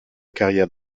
carrière